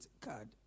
card